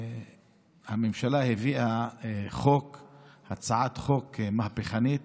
הממשלה הביאה הצעת חוק מהפכנית